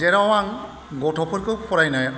जेराव आं गथ'फोरखौ फरायनाय